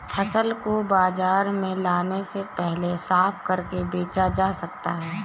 फसल को बाजार में लाने से पहले साफ करके बेचा जा सकता है?